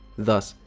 thus,